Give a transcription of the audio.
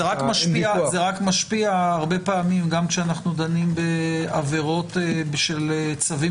זה רק משפיע הרבה פעמים גם כשאנחנו דנים בעבירות של צווים